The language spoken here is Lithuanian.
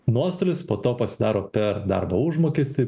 nuostolius po to pasidaro per darbo užmokestį